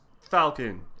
Falcon